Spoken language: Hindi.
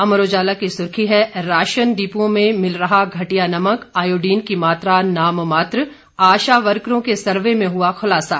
अमर उजाला की सुर्खी है राशन डिपुओं में मिल रहा घटिया नमक आयोडीन की मात्रा नाममात्र आशा वर्करों के सर्वे में हुआ खुलासा